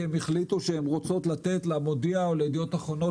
הם החליטו שהן רוצות לתת ל"מודיע" או ל"ידיעות אחרונות",